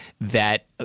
that-